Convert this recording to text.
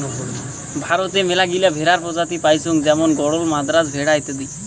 ভারতে মেলাগিলা ভেড়ার প্রজাতি পাইচুঙ যেমন গরল, মাদ্রাজ ভেড়া অত্যাদি